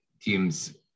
teams